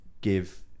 give